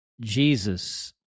Jesus